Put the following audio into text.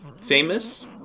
Famous